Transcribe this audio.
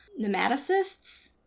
nematocysts